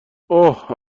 اوه